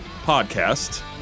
podcast